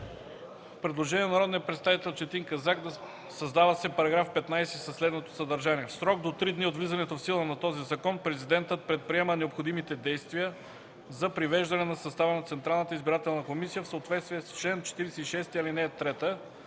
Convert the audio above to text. Предложение от народния представител Четин Казак: „Създава се § 15 със следното съдържание: „В срок до три дни от влизането в сила на този закон президентът предприема необходимите действия за привеждане на състава на Централната избирателна комисия в съответствие с чл. 46, ал. 3.”